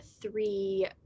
three